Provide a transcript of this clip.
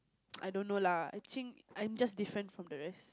I don't know lah I ching I'm just different from the rest